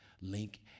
link